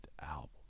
album